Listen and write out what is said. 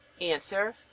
Answer